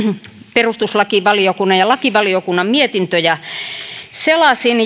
perustuslakivaliokunnan ja lakivaliokunnan lausuntoja selasin